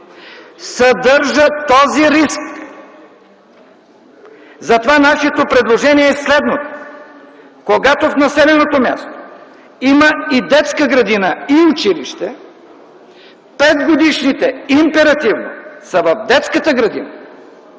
съдържа този риск. Нашето предложение е следното. Когато в населеното място има и детска градина, и училище, 5-годишните императивно да са в детската градина,